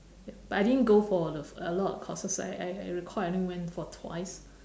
but I didn't go for the a lot of courses I I I recall I only went for twice